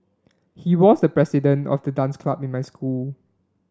he was the president of the dance club in my school